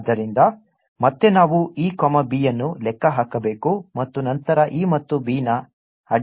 ಆದ್ದರಿಂದ ಮತ್ತೆ ನಾವು E B ಅನ್ನು ಲೆಕ್ಕ ಹಾಕಬೇಕು ಮತ್ತು ನಂತರ E ಮತ್ತು B ನ ಅಡ್ಡ ಉತ್ಪನ್ನವನ್ನು ಲೆಕ್ಕ ಹಾಕಬೇಕು